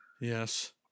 Yes